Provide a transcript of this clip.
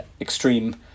extreme